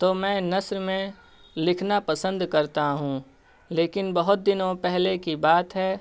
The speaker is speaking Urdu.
تو میں نثر میں لکھنا پسند کرتا ہوں لیکن بہت دنوں پہلے کی بات ہے